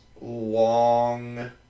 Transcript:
long